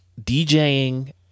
DJing